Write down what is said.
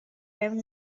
and